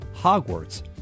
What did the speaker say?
Hogwarts